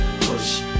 push